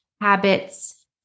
habits